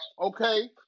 okay